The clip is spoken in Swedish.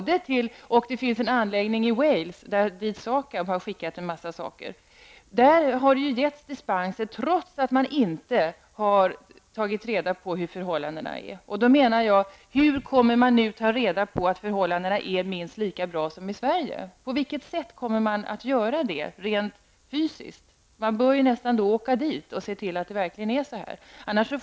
Det finns också en anläggning i Wales, dit SAKAB har skickat en massa saker. I det fallet har det getts dispens trots att man inte har tagit reda på hurdana förhållandena är. Hur kommer man att ta reda på att förhållandena är minst lika bra som i Sverige? På vilket sätt kommer man att göra det rent fysiskt? Man bör ju nästan åka dit och se till att förhållandena är minst lika bra som i Sverige.